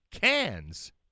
cans